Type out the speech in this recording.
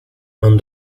non